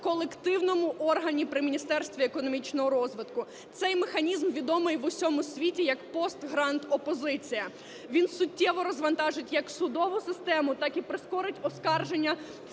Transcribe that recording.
колективному органі при Міністерстві економічного розвитку. Цей механізм відомий в усьому світі як пост-грант опозиція. Він суттєво розвантажить як судову систему, так і прискорить оскарження